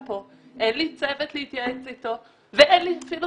אין לי צוות להתייעץ איתו ואין לי אפילו